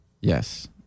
Yes